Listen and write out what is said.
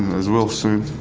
as well soon.